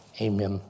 amen